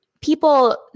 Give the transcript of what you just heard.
people